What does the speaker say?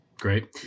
Great